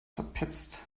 verpetzt